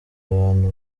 abantu